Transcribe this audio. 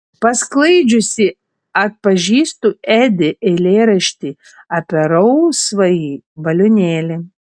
pasklaidžiusi atpažįstu edi eilėraštį apie rausvąjį balionėlį